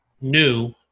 new